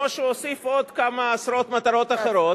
כמו שהוא הוסיף לעוד כמה עשרות מטרות אחרות,